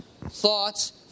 Thoughts